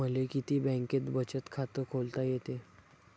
मले किती बँकेत बचत खात खोलता येते?